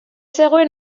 zegoen